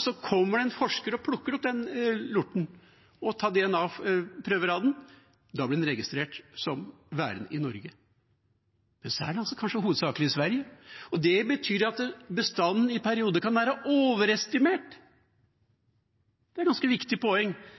Så kommer det en forsker og plukker opp denne lorten og tar DNA-prøver av den. Da blir den registrert som værende i Norge, mens den kanskje hovedsakelig er i Sverige. Det betyr at bestanden i perioder kan være overestimert – et ganske viktig poeng